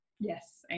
Yes